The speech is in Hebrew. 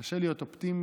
קשה להיות אופטימי.